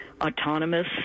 autonomous